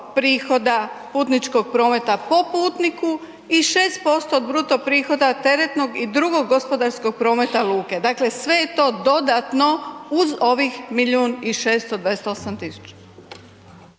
prihoda putničkog prometa po putniku i 6% od bruto prihoda teretnog i drugog gospodarskog prometa luke. Dakle, sve je to dodatno uz ovih milijun